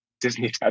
Disney